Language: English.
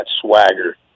swagger